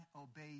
obey